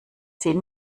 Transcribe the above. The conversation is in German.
zehn